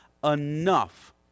enough